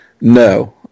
No